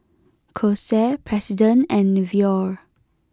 Kose President and Nivea